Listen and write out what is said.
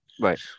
Right